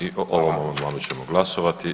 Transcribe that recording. I o ovom amandmanu ćemo glasovati.